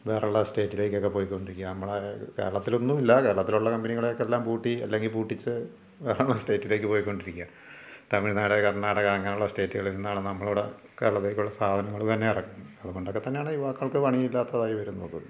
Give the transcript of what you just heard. വേറെയുള്ള സ്റ്റേറ്റിലേക്ക് ഒക്കെ പോയിക്കൊണ്ടിരിക്കുകയാണ് നമ്മുടെ കേരളത്തിൽ ഒന്നുമില്ല കേരളത്തിലുള്ള കമ്പനികൾക്കെല്ലാം പൂട്ടി അല്ലെങ്കിൽ പൂട്ടിച്ച് വേറെ സ്റ്റേറ്റിലേക്ക് പോയിക്കൊണ്ടിരിക്കാ തമിഴ്നാട് കർണാടക അങ്ങനെയുള്ള സ്റ്റേറ്റുകളിൽ നിന്നാണ് നമ്മളുടെ ഇവിടെ കേരളത്തിലേക്കുള്ള സാധനങ്ങൾ തന്നെ ഇറക്കു അതുകൊണ്ടൊക്കെ തന്നെയാണ് യുവാക്കൾക്ക് പണി ഇല്ലാതായി വരുന്നത്